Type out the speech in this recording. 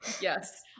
Yes